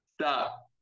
Stop